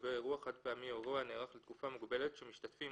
לגבי אירוע חד-פעמי או אירוע הנערך לתקופה מוגבלת שמשתתפים,